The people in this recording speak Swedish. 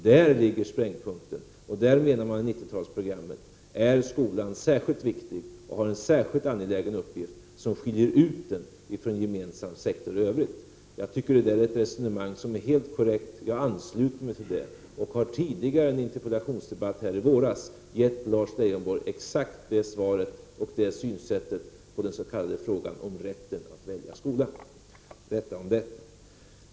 Där ligger sprängpunkten, och man menar i 90-tals programmet att skolan i det sammanhanget är särskilt viktig och har en särskilt angelägen uppgift, som skiljer ut den från gemensam sektor i övrigt. Jag tycker att det är ett helt korrekt resonemang, och jag ansluter mig till det. I en interpellationsdebatt här i våras har jag gett Lars Leijonborg exakt det svaret — och redovisat den synen på den s.k. frågan om rätten att välja skola.